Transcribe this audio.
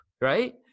right